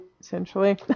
essentially